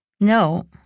No